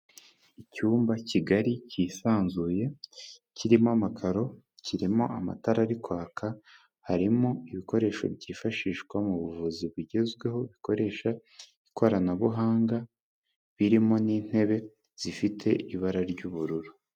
Icyumba kigari cyisanzuye kirimo amakaro kirimo amatara ari kwaka harimo ibikoresho byifashishwa mu buvuzi bugezweho bikoresha ikoranabuhanga birimo n'intebe zifite ibara ry'ubururu.